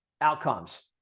outcomes